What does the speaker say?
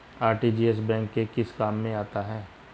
RTGS bank के किस काम में आता है?